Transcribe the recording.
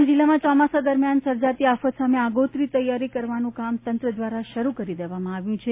ડાંગ જિલ્લામાં ચોમાસા દરમ્યાન સર્જાતી આફત સામે આગોતરી તૈયારી કરવાનું કામ તંત્ર દ્વારા શરૂ કરી દેવામાં આવ્યું છે